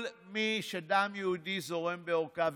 כל מי שדם יהודי זורם בעורקיו,